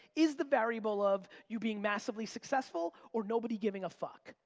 is the variable of you being massively successful or nobody giving a fuck,